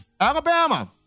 Alabama